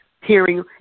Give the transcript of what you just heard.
hearing